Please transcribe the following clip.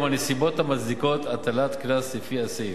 הנסיבות המצדיקות הטלת קנס לפי הסעיף.